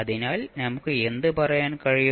അതിനാൽ നമുക്ക് എന്ത് പറയാൻ കഴിയും